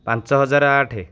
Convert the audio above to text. ପାଞ୍ଚ ହଜାର ଆଠ